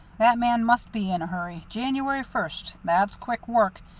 that man must be in a hurry. january first! that's quick work,